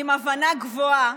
עם הבנה גבוהה